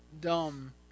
dumb